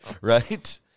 Right